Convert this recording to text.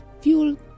fuel